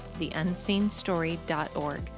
theunseenstory.org